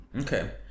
Okay